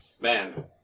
man